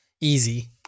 Easy